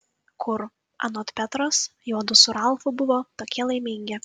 kur anot petros juodu su ralfu buvo tokie laimingi